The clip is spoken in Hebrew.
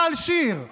מיכל שיר.